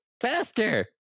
faster